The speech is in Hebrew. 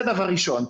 זה דבר ראשון.